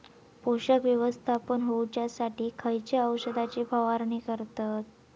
पोषक व्यवस्थापन होऊच्यासाठी खयच्या औषधाची फवारणी करतत?